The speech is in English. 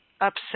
upset